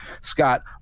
Scott